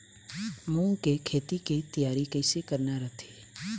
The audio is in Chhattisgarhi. मूंग के खेती के तियारी कइसे करना रथे?